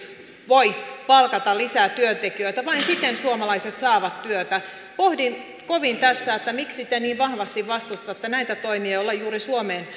voi palkata lisää työntekijöitä vain siten suomalaiset saavat työtä pohdin kovin tässä miksi te niin vahvasti vastustatte näitä toimia joilla juuri suomeen